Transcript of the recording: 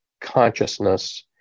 consciousness